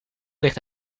ligt